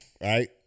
right